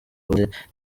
burundi